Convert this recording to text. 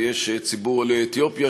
ויש ציבור עולי אתיופיה,